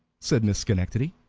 said miss schenectady,